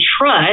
trust